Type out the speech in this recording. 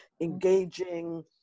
engaging